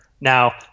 Now